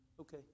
Okay